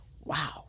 wow